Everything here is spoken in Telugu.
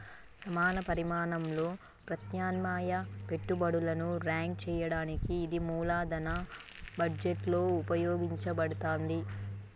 సమాన పరిమాణంలో ప్రత్యామ్నాయ పెట్టుబడులను ర్యాంక్ చేయడానికి ఇది మూలధన బడ్జెట్లో ఉపయోగించబడతాంది